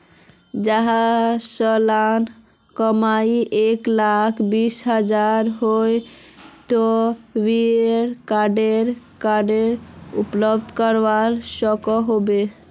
जहार सालाना कमाई एक लाख बीस हजार होचे ते वाहें क्रेडिट कार्डेर अप्लाई करवा सकोहो होबे?